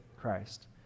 Christ